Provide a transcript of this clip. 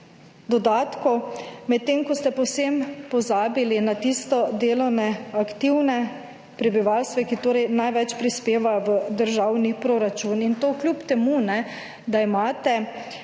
dodatkov, medtem ko ste povsem pozabili na tisto delovno aktivno prebivalstvo, ki torej največ prispeva v državni proračun in to kljub temu, da imate